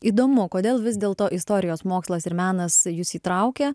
įdomu kodėl vis dėlto istorijos mokslas ir menas jus įtraukia